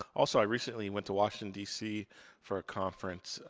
also, i recently went to washington dc for a conference.